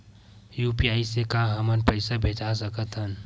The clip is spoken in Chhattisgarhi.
यू.पी.आई से का हमर पईसा भेजा सकत हे?